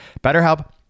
BetterHelp